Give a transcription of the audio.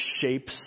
shapes